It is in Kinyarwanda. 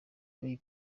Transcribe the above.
ray